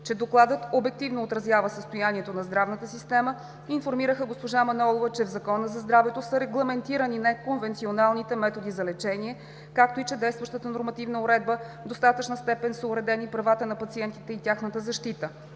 че докладът обективно отразява състоянието на здравната система и информираха госпожа Манолова, че в Закона за здравето са регламентирани неконвенционалните методи за лечение, както и че в действащата нормативна уредба в достатъчна степен са уредени правата на пациентите и тяхната защита.